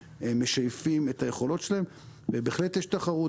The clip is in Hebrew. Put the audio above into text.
משייפים את היכולת שלהם ובהחלט יש תחרות.